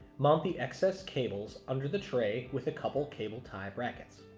mount the excess cables under the tray with a couple cable tie brackets.